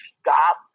stop